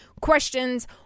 questions